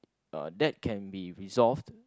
uh that can be resolved